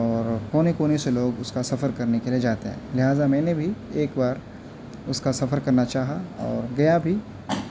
اور کونے کونے سے لوگ اس کا سفر کرنے کے لیے جاتے ہیں لہٰذا میں نے بھی ایک بار اس کا سفر کرنا چاہا اور گیا بھی